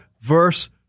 verse